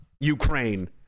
Ukraine